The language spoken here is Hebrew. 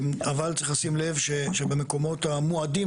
אבל צריך לשים לב שבמקומות המועדים,